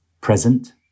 present